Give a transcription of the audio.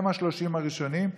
הם ה-30 הראשונים,